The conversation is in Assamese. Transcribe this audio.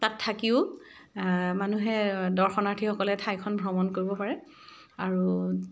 তাত থাকিও মানুহে দৰ্শনাৰ্থীসকলে ঠাইখন ভ্ৰমণ কৰিব পাৰে আৰু